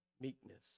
meekness